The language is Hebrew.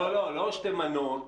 לא, לא שתי מנות.